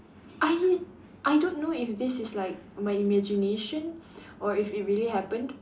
I I don't know if this is like my imagination or if it really happened